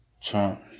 Trump